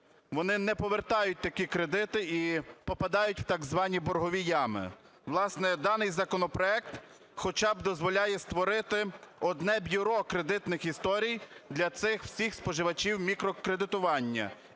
вони не повертають такі кредити і попадають в так звані боргові ями. В ласне, даний законопроект хоча б дозволяє створити одне Бюро кредитних історій для цих всіх споживачів мікрокредитування.